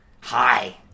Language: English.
Hi